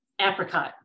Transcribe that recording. apricot